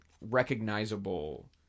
recognizable